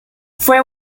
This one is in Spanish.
fue